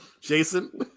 Jason